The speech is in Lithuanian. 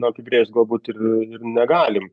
apibrėžt galbūt ir ir negalim